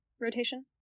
rotation